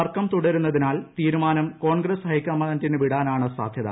തർക്കം തുടരുന്നതിനാൽ തീരുമാനം കോൺഗ്രസ് ഹൈക്കമാന്റിന് വിടാനാണ് സാധ്യത